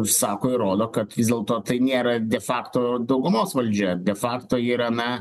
sako ir rodo kad vis dėlto tai nėra de fakto daugumos valdžia de fakto yra na